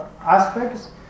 aspects